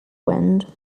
wind